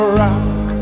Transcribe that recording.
rock